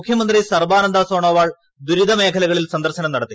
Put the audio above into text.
മുഖ്യമന്ത്രി സർബാനന്ദ സോണോവാൾ ദുരിത മേഖലകളിൽ സന്ദർശനം നടത്തി